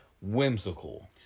whimsical